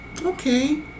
okay